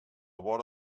vora